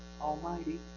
Almighty